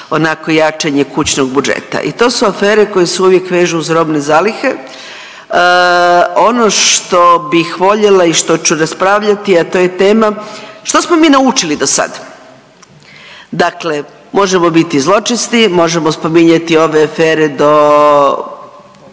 onako jačanje kućnog budžeta i to su afere koje se uvijek vežu uz robne zalihe. Ono što bih voljela i što ću raspravljati, a to je tema što smo mi naučili do sad. Dakle, možemo biti zločesti, možemo spominjati ove afere do